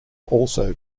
also